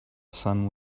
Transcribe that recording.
sun